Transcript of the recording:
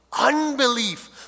unbelief